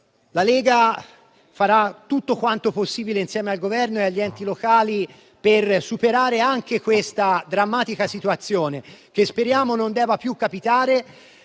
La Lega farà tutto quanto possibile, insieme al Governo e agli enti locali, per superare anche questa drammatica situazione, che speriamo non capiti